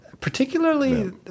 Particularly